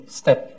step